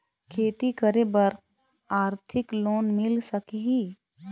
खेती करे बर आरथिक लोन मिल सकही?